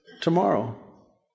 tomorrow